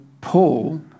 Paul